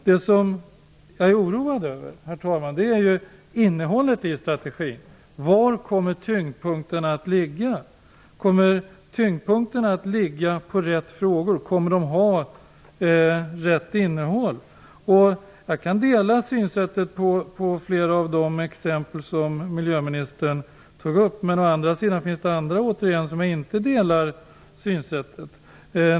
Det som jag är oroad för, herr talman, är innehållet i strategin. Var kommer tyngdpunkterna att ligga? Kommer tyngdpunkterna att ligga på rätt frågor? Kommer de att ha rätt innehåll? Jag kan dela synsättet i flera av de exempel som miljöministern tog upp. Men å andra sidan finns det andra återigen som inte delar det synsättet.